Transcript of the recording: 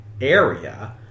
area